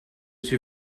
suis